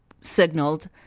signaled